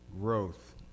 Growth